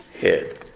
head